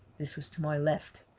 this was to my left,